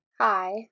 Hi